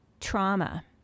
trauma